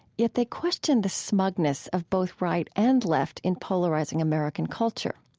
yet they question the smugness of both right and left in polarizing american culture.